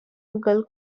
mughal